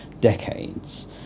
decades